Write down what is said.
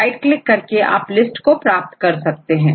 right click करके आप list को प्राप्त कर सकते हैं